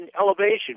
elevation